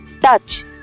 touch